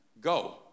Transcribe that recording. go